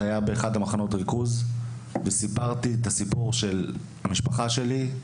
זה היה באחד ממחנות הריכוז וסיפרתי את הסיפור של המשפחה שלי.